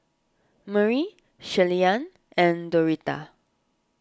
Murry Shirleyann and Doretha